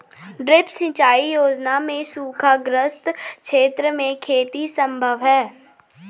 drip सिंचाई योजना से सूखाग्रस्त क्षेत्र में खेती सम्भव है